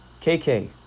KK